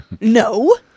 No